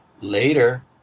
Later